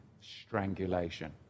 strangulation